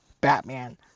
Batman